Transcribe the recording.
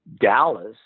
Dallas